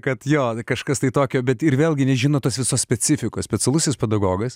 kad jo kažkas tokio bet ir vėlgi nežino tas visas specifika specialusis pedagogas